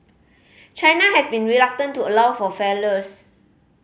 China has been reluctant to allow for failures